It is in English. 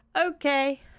okay